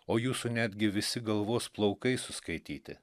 o jūsų netgi visi galvos plaukai suskaityti